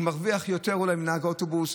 הוא אולי מרוויח יותר מנהג אוטובוס,